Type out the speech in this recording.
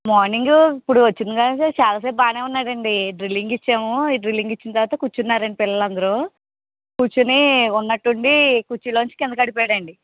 morning ఇప్పుడు వచ్చిన కాడ నుంచి చాలాసేపు బాగానే ఉన్నాడండి డ్రిల్లింగ్ ఇచ్చాము డ్రిల్లింగు ఇచ్చిన తర్వాత కూర్చున్నారండీ పిల్లలు అందరు కూర్చునీ ఉన్నట్టుండి కుర్చీలోనుంచి కింద పడిపోయాడండీ